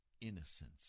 innocence